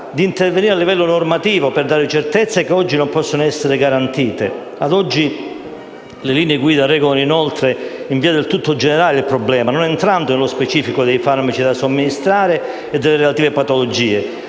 di intervenire a livello normativo, per dare certezze che oggi non possono essere garantite. Ad oggi, inoltre, le linee guida regolano il problema in via del tutto generale, non entrando nello specifico dei farmaci da somministrare, delle relative patologie